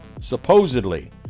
Supposedly